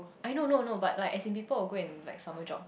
I know I know I know but like as a lippo I'll go and like summer job